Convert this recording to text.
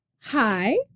Hi